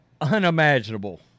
unimaginable